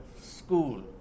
school